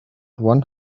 one